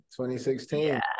2016